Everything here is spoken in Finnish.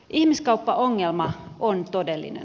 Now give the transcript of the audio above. ihmiskauppaongelma on todellinen